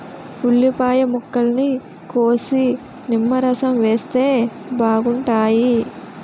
ఉల్లిపాయ ముక్కల్ని కోసి నిమ్మరసం వేస్తే బాగుంటాయి